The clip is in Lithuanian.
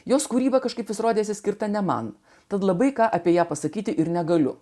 jos kūryba kažkaip vis rodėsi skirta ne man tad labai ką apie ją pasakyti ir negaliu